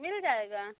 मिल जाएगा